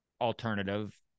Alternative